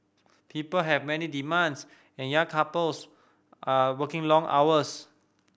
people have many demands and young couples are working long hours